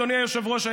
אדוני היושב-ראש,